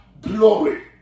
Glory